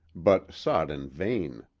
but sought in vain.